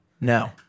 no